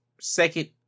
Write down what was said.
second